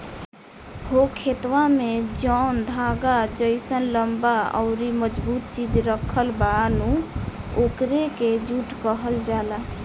हो खेतवा में जौन धागा जइसन लम्बा अउरी मजबूत चीज राखल बा नु ओकरे के जुट कहल जाला